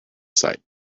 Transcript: site